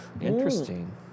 Interesting